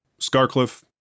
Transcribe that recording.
Scarcliffe